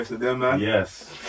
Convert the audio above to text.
Yes